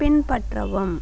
பின்பற்றவும்